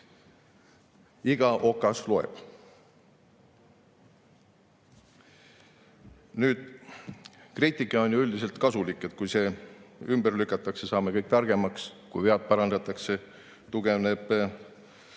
Iga okas loeb! Nüüd, kriitika on üldiselt kasulik – kui see ümber lükatakse, saame kõik targemaks. Kui vead parandatakse, tugevneb